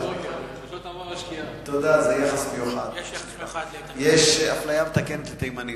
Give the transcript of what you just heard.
יש אפליה מתקנת לתימנים.